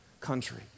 country